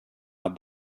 out